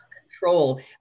control